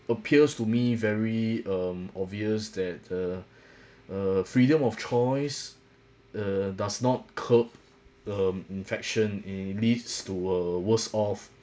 appears to me very um obvious that uh uh freedom of choice uh does not curb the um infection it leads to a worse off